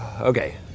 okay